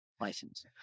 license